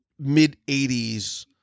mid-80s